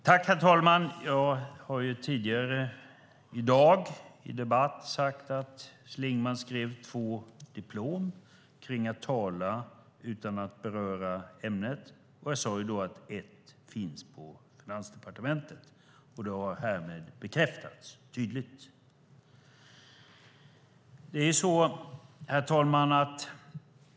Herr talman! Jag har tidigare i dag i debatten sagt att Schlingmann skrev två diplom om att tala utan att beröra ämnet. Jag sade då att ett diplom finns på Finansdepartementet. Det har härmed bekräftats tydligt. Herr talman!